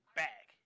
back